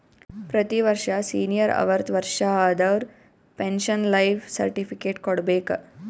ಪ್ರತಿ ವರ್ಷ ಸೀನಿಯರ್ ಅರ್ವತ್ ವರ್ಷಾ ಆದವರು ಪೆನ್ಶನ್ ಲೈಫ್ ಸರ್ಟಿಫಿಕೇಟ್ ಕೊಡ್ಬೇಕ